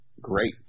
great